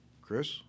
Chris